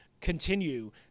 continue